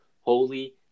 holy